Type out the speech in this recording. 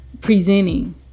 presenting